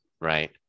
right